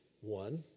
One